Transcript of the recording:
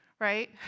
right